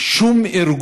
ונקודה שנייה,